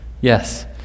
Yes